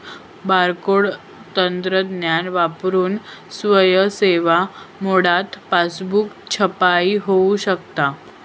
barcode तंत्रज्ञान वापरून स्वयं सेवा मोडात पासबुक छपाई होऊ शकता